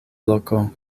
loko